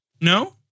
no